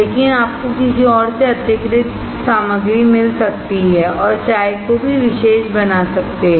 लेकिन आपको किसी और से अतिरिक्त सामग्री मिल सकती है और चाय को भी विशेष बना सकते हैं